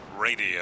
Radio